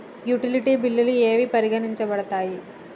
Utility బిల్లులు ఏవి పరిగణించబడతాయి?